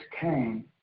came